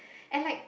and like